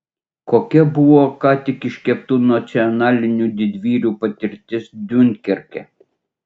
kokia buvo ką tik iškeptų nacionalinių didvyrių patirtis diunkerke